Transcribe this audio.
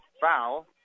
foul